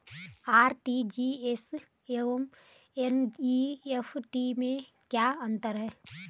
RTGS एवं NEFT में क्या अंतर है?